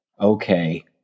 okay